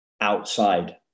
outside